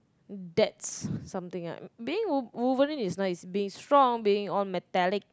that's something I being wol~ Wolverine is nice being strong being all metallic